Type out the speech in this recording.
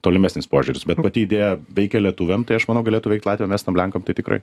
tolimesnis požiūris bet pati idėja veikia lietuviam tai aš manau kad lietuviai latviam estam lenkam tai tikrai